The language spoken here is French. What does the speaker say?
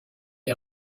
est